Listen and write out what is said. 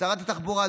שרת התחבורה,